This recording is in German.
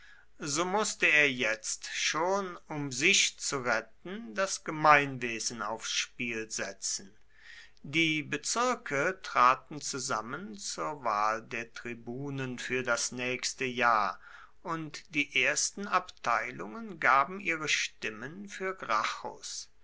so wußte er jetzt schon um sich zu retten das gemeinwesen aufs spiel setzen die bezirke traten zusammen zur wahl der tribunen für das nächste jahr und die ersten abteilungen gaben ihre stimmen für